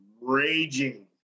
raging